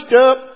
up